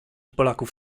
polaków